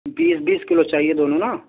بیس بیس کلو چاہیے دونوں نا